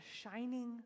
shining